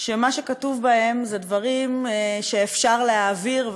שמה שכתוב בהן זה דברים שאפשר להעביר,